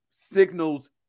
signals